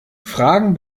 fragen